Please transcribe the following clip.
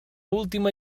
última